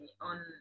on